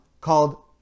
called